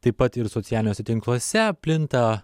taip pat ir socialiniuose tinkluose plinta